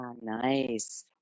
nice